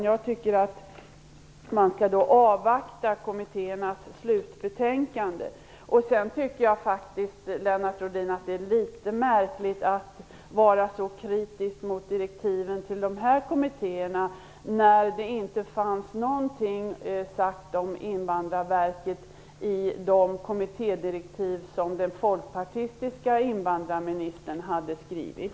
Jag tycker att man skall avvakta kommittérnas slutbetänkanden. Jag tycker vidare, Lennart Rohdin, att det är litet märkligt att vara så kritisk mot direktiven till de här kommittéerna, med tanke på att det inte uttalades något om Invandrarverket i de kommittédirektiv som den folkpartistiska invandrarministern hade skrivit.